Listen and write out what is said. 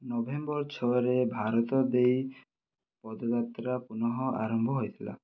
November ଛଅରେ ଭାରତ ଦେଇ ପଦଯାତ୍ରା ପୁନଃ ଆରମ୍ଭ ହୋଇଥିଲା